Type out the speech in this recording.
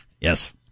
yes